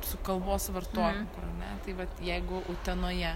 su kalbos vartojimu ne tai vat jeigu utenoje